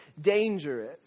dangerous